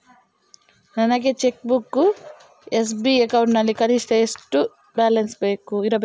ನನಗೆ cheque book ಬೇಕು SB account ನಲ್ಲಿ ಕನಿಷ್ಠ ಎಷ್ಟು ಬ್ಯಾಲೆನ್ಸ್ ಇರಬೇಕು?